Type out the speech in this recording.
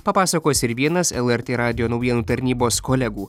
papasakos ir vienas lrt radijo naujienų tarnybos kolegų